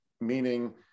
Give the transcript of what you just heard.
meaning